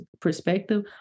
perspective